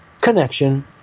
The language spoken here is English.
connection